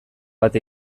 bat